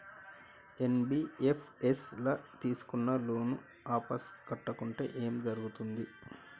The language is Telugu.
ఎన్.బి.ఎఫ్.ఎస్ ల తీస్కున్న లోన్ వాపస్ కట్టకుంటే ఏం జర్గుతది?